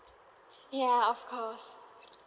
ya of course